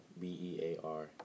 B-E-A-R